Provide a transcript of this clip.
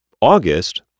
August